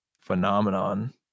phenomenon